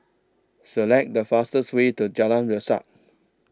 Select The fastest Way to Jalan Resak